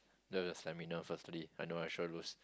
the seminar firstly I know I sure lose